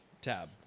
tab